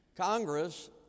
Congress